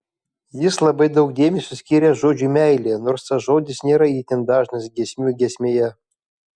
jis labai daug dėmesio skiria žodžiui meilė nors tas žodis nėra itin dažnas giesmių giesmėje